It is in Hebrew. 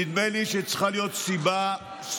נדמה לי שהיא צריכה להיות סיבה סופר-חשובה.